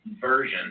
version